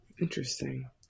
Interesting